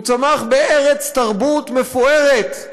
הוא צמח בארץ תרבות מפוארת.